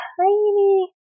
tiny